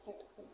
काटिके